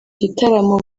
gitaramo